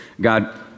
God